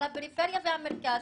אבל הפריפריה והמרכז,